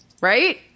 right